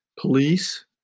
police